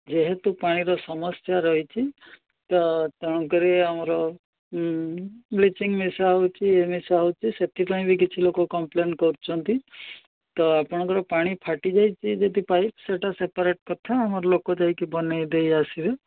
ଯେହେତୁ ପାଣିର ସମସ୍ୟା ରହିଛି ତ ତେଣୁ କରି ଆମର ବ୍ଲିଚିଂ ମିଶା ହେଉଛି ଏ ମିଶା ହେଉଛି ସେଥିପାଇଁ ବି କିଛି ଲୋକ କମ୍ପ୍ଲେନ୍ କରୁଛନ୍ତି ତ ଆପଣଙ୍କର ପାଣି ଫାଟି ଯାଇଛି ଯଦି ପାଇପ୍ ସେଇଟା ସେପାରେଟ୍ କଥା ଆମର ଲୋକ ଯାଇକି ବନାଇ ଦେଇ ଆସିବେ